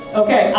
okay